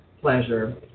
pleasure